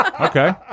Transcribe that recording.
Okay